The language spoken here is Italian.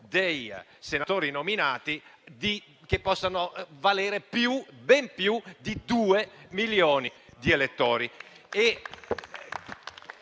dei senatori nominati che possano valere ben più di due milioni di elettori.